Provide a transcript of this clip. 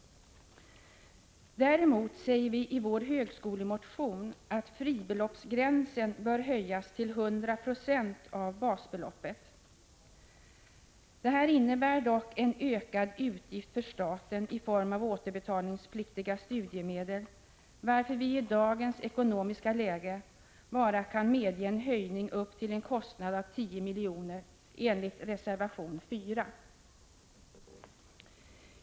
Däremot säger vi i vår högskolemotion att fribeloppsgränsen bör höjas till 100 96 av basbeloppet. Detta innebär dock en ökad utgift för staten i form av återbetalningspliktiga studiemedel, varför vi i dagens ekonomiska läge bara kan medge en höjning upp till en kostnad av 10 miljoner enligt reservation 4.